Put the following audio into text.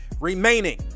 remaining